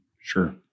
sure